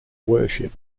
worship